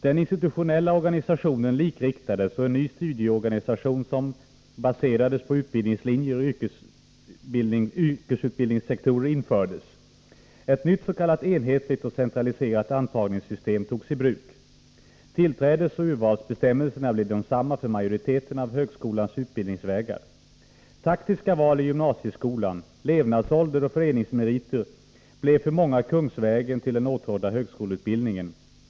Den institutionella organisationen likriktades och en ny studieorganisation som baserades på utbildningslinjer och yrkesutbildningssektorer infördes. Ett nytt s.k. enhetligt och centraliserat antagningssystem togs i bruk. Tillträdesoch urvalsbestämmelserna blev desamma för majoriteten av högskolans utbildningsvägar. Taktiska val i gymnasieskolan, levnadsålder och föreningsmeriter blev för många kungsvägen till den åtrådda högskoleutbildningen.